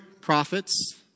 prophets